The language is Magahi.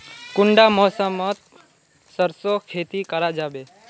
कुंडा मौसम मोत सरसों खेती करा जाबे?